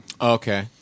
Okay